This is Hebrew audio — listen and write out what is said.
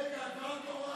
רק רע.